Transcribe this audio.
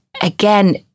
again